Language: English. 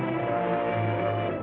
and